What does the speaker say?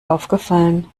aufgefallen